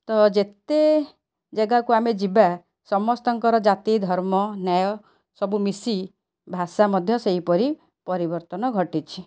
ତ ଯେତେ ଜାଗାକୁ ଆମେ ଯିବା ସମସ୍ତଙ୍କର ଜାତି ଧର୍ମ ନ୍ୟାୟ ସବୁ ମିଶି ଭାଷା ମଧ୍ୟ ସେହିପରି ପରିବର୍ତ୍ତନ ଘଟିଛି